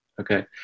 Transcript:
Okay